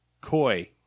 Koi